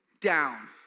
down